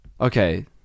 Okay